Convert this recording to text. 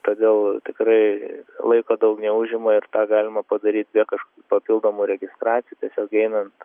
todėl tikrai laiko daug neužima ir tą galima padaryt be kažkokių papildomų registracijų tiesiog einant